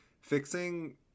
fixing